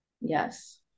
yes